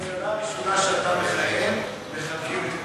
איך אתה מרגיש שבממשלה הראשונה שאתה מכהן מחלקים את ירושלים?